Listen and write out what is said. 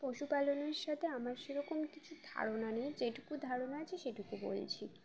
পশুপালনের সাথে আমার সেরকম কিছু ধারণা নিয়ে যেটুকু ধারণা আছে সেটুকু বলছি